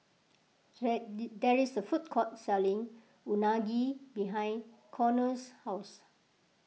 there is a food court selling Unagi behind Conor's house